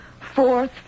fourth